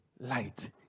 light